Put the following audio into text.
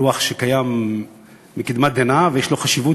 לוח שקיים מקדמת דנא ויש לו חשיבות